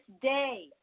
day